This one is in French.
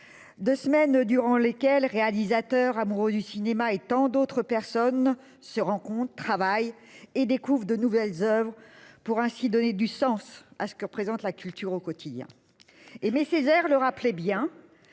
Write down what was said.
2 semaines durant lesquelles réalisateur amoureux du cinéma et tant d'autres personnes se rend compte de travail et découvrent de nouvelles Oeuvres pour ainsi donner du sens à ce que représente la culture au quotidien. Et mais Césaire le rappelait bien.